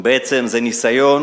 זה ניסיון